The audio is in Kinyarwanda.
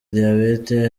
diyabete